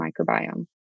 microbiome